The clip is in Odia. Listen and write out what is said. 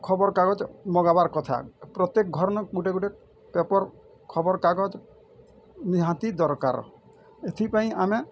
ଖବର୍ କାଗଜ ମଗାବାର୍ କଥା ପ୍ରତ୍ୟେକ୍ ଘର୍ ନକ୍ ଗୋଟେ ଗୋଟେ ପେପର୍ ଖବର୍ କାଗଜ ନିହାତି ଦରକାର ଏଥିପାଇଁ ଆମେ